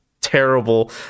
terrible